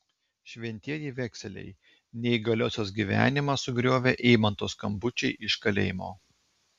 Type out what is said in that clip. šventieji vekseliai neįgaliosios gyvenimą sugriovė eimanto skambučiai iš kalėjimo